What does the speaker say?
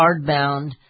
hardbound